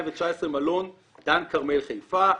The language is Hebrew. מלון דן כרמל חיפה,